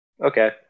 Okay